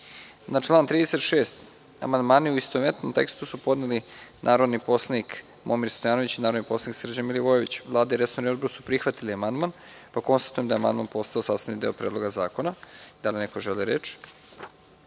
član 36. amandmane, u istovetnom tekstu, podneli su narodni poslanik Momir Stojanović i narodni poslanik Srđan MilivojevićVlada i resorni Odbor su prihvatili amandman. Konstatujem da je amandman postao sastavni deo Predloga zakona. Da li neko želi reč?